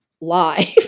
live